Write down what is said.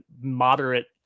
moderate